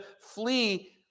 flee